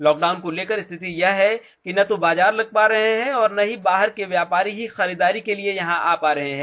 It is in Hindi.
लोकडाउन को लेकर स्थिति यह है कि न तो बाजार लग पा रहे हैं और न ही बाहर के व्यपारी ही खरीदारी करने के लिए यंहा आ पा रहे हैं